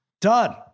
done